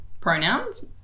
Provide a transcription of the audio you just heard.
pronouns